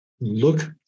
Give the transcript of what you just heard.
Look